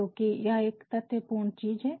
क्योंकि यह एक तथ्य पूर्ण चीज है